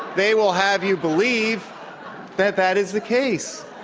they will have you believe that, that is the case.